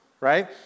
Right